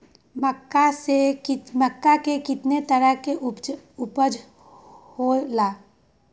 मक्का के कितना तरह के उपज हो ला?